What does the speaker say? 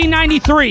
1993